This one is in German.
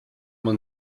man